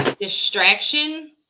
distraction